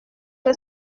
que